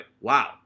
wow